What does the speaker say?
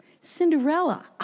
Cinderella